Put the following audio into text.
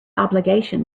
obligation